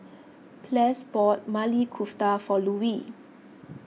Ples bought Maili Kofta for Louie